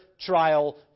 trial